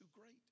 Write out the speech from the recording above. great